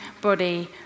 body